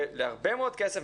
להרבה מאוד כסף,